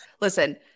listen